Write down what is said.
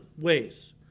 ways